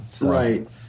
Right